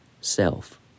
self